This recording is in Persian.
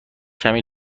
کمی